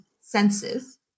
senses